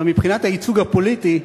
מבחינת הייצוג הפוליטי,